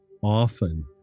often